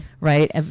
right